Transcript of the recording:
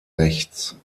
rechts